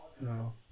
No